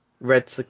Red